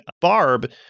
Barb